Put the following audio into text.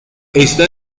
está